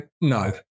No